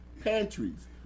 pantries